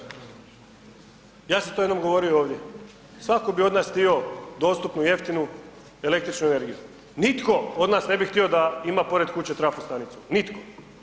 Ja sam to jednom govorio ovdje, svako bi od nas htio dostupnu jeftinu električnu energiju, nitko od nas ne bi htio da ima pored kuće trafostanicu, nitko.